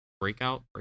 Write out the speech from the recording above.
Breakout